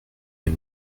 est